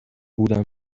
بودم